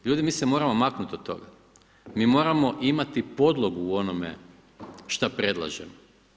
Ljudi mi se moramo maknut od toga, moramo imati podlogu u onome šta predlažemo.